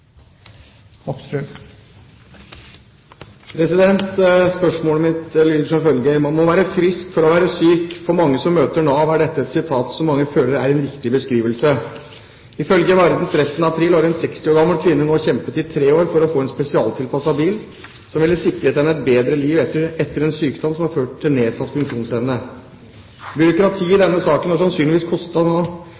Spørsmålet mitt lyder som følger: «Man må være frisk for å være syk. For mange som møter Nav, er dette et sitat som mange føler er en riktig beskrivelse. Ifølge Varden 13. april har en 60 år gammel kvinne nå kjempet i tre år for å få en spesialtilpasset bil som vil sikre henne et bedre liv etter en sykdom som har ført til nedsatt funksjonsevne. Byråkratiet i